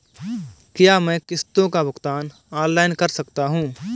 क्या मैं किश्तों का भुगतान ऑनलाइन कर सकता हूँ?